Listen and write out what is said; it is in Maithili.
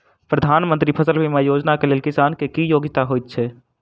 प्रधानमंत्री फसल बीमा योजना केँ लेल किसान केँ की योग्यता होइत छै?